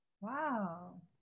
Wow